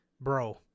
Bro